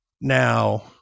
Now